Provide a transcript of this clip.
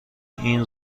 این